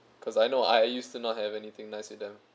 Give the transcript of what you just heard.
cause I know I used to not have anything nice with them